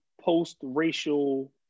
post-racial